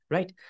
Right